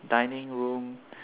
dining room